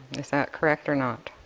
is that correct or not?